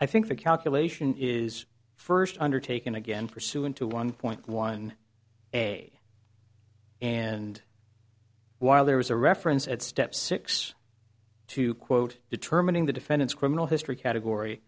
i think the calculation is first undertaken again pursuant to one point one a and while there was a reference at step six to quote determining the defendant's criminal history category